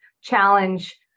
challenge